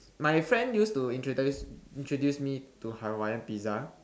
my friend used to introduce introduce me to Hawaiian pizza